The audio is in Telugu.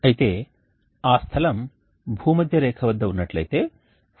అయితే ఆ స్థలం భూమధ్యరేఖ వద్ద ఉన్నట్లయితే ϕ0